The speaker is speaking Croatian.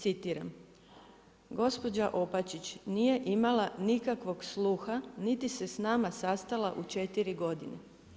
Citiram: „Gospođa Opačić nije imala nikakvog sluha niti se sa nama sastala u četiri godine.